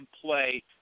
play